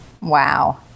Wow